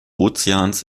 ozeans